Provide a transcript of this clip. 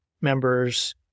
members